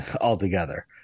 altogether